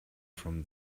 from